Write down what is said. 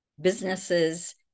businesses